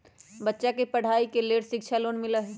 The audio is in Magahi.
बच्चा के पढ़ाई के लेर शिक्षा लोन मिलहई?